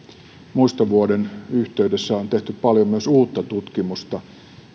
muistovuoden yhteydessä on tehty paljon myös uutta tutkimusta